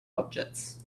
objects